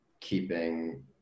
keeping